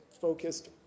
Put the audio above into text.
focused